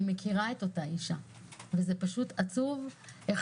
אני מכירה את אותה אישה ופשוט עצוב איך